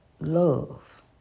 love